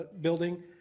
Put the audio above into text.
building